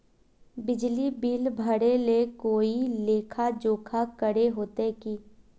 बिजली बिल भरे ले कोई लेखा जोखा करे होते की?